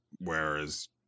whereas